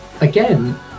again